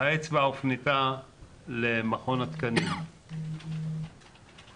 והאצבע הופנתה למכון התקנים ואז